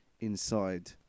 Inside